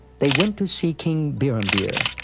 they went to see king birhambir,